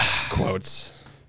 Quotes